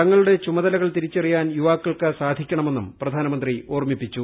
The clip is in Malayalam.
തങ്ങളുടെ ചുമതലകൾ തിരിച്ചറിയാൻ യൂപ്പാക്കൾക്ക് സാധിക്കണമെന്നും പ്രധാനമന്ത്രി ഓർമ്മിപ്പിച്ചു